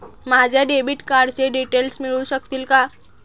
माझ्या डेबिट कार्डचे डिटेल्स मिळू शकतील का?